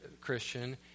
Christian